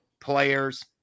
players